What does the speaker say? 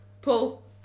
Pull